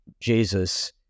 Jesus